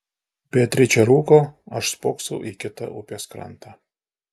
beatričė rūko aš spoksau į kitą upės krantą